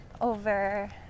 over